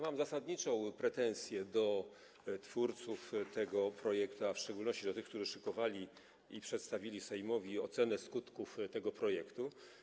Mam zasadniczą pretensję do twórców tego projektu, a w szczególności do tych, którzy szykowali i przedstawili Sejmowi ocenę skutków tego projektu.